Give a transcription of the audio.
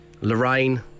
Lorraine